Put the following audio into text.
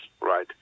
right